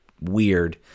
weird